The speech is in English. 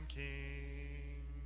king